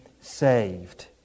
saved